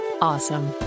awesome